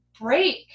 break